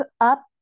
up